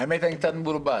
האמת, אני קצת מבולבל